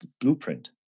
blueprint